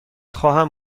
خواهم